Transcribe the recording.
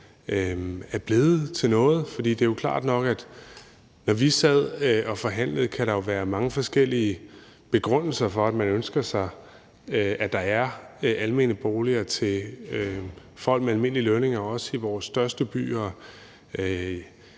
er blevet til noget. For det er jo klart nok, at når vi sidder og forhandler, kan der være mange forskellige begrundelser for, at man ønsker sig, at der er almene boliger til folk med almindelige lønninger, også i vores største byer.